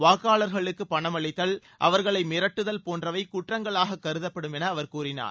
வாக்காளர்களுக்கு பணம் அளித்தல் அவர்களை மிரட்டுதல் போன்றவை குற்றங்களாக கருதப்படும் என அவர் கூறினார்